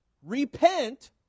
Repent